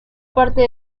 parte